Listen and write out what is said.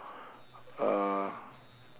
uh